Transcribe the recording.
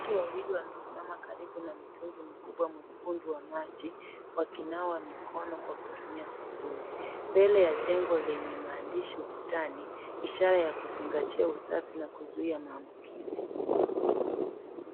Watu wawili wamesimama karibu na mtungi mkubwa, mtungi wa maji wakinawa mikononkwa kutumia sabuni. Mbele ya jengo yenye maandishi ukutani ishara ya kuzingatia usafi na kuzuia maambukizi.